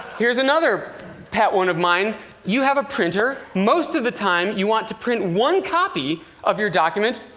here's another pet one of mine you have a printer. most of the time, you want to print one copy of your document,